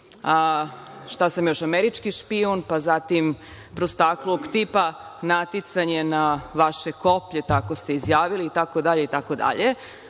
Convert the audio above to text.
šta sam još, američki špijun, pa zatim prostakluk tipa naticanje na vaše koplje, tako ste izjavili itd,